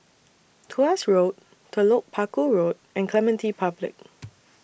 Tuas Road Telok Paku Road and Clementi Public